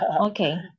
Okay